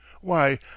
Why